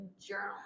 journal